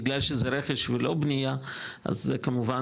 בגלל שזה רכש ולא בנייה אז זה כמובן,